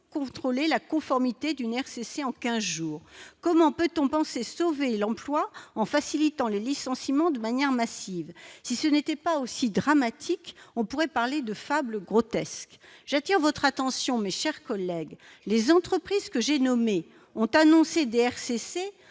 contrôler la conformité d'une RCC en 15 jours, comment peut-on penser sauver l'emploi en facilitant les licenciements de manière massive, si ce n'était pas aussi dramatique, on pourrait parler de fable grotesque, j'attire votre attention, mes chers collègues, les entreprises que j'ai nommé ont annoncé dès RCC.